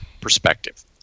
perspective